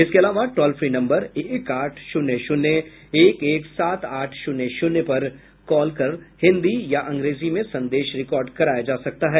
इसके अलावा toll free number एक आठ शून्य शून्य एक एक सात आठ शून्य शून्य पर कॉल करके हिन्दी या अंग्रेजी में संदेश रिकार्ड कराया जा सकता है